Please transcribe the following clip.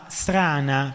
strana